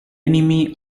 enemy